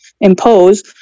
impose